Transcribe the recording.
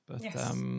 Yes